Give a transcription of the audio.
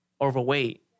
overweight